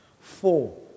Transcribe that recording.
Four